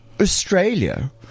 Australia